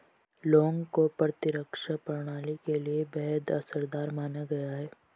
लौंग को प्रतिरक्षा प्रणाली के लिए बेहद असरदार माना गया है